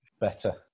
Better